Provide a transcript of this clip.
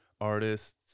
artists